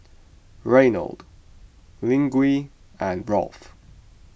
Reynold Luigi and Rolf